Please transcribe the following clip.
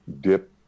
dip